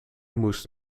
moest